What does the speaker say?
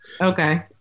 Okay